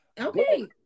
Okay